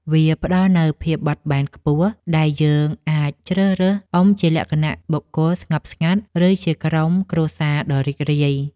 វាផ្ដល់នូវភាពបត់បែនខ្ពស់ ដែលយើងអាចជ្រើសរើសអុំជាលក្ខណៈបុគ្គលស្ងប់ស្ងាត់ ឬជាក្រុមគ្រួសារដ៏រីករាយ។